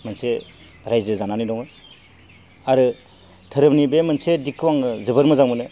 मोनसे रायजो जानानै दङ आरो धोरोमनि बे मोनसे दिगखौ आङो जोबोद मोजां मोनो